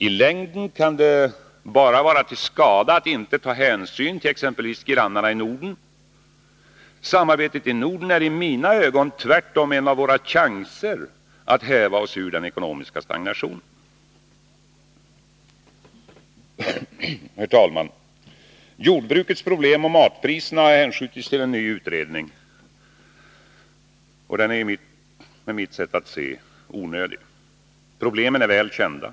I längden kan det bara vara till skada att inte ta hänsyn till exempelvis grannarna i Norden. Samarbetet i Norden är i mina ögon tvärtom en av våra chanser att häva oss ur den ekonomiska stagnationen. Herr talman! Jordbrukets problem och matpriserna har hänskjutits till en ny utredning. Den är med mitt sätt att se onödig. Problemen är väl kända.